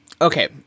Okay